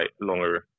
longer